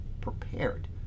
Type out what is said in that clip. prepared